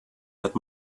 that